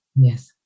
Yes